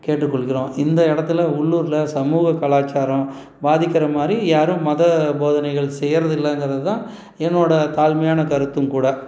கேட்டுக்கொள்கிறோம் இந்த இடத்துல உள்ளூரில் சமூக கலாச்சாரம் பாதிக்கிறமாதிரி யாரும் மத போதனைகள் செய்யறதில்லைங்கறதுதான் என்னோடய தாழ்மையான கருத்தும் கூட